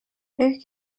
ehk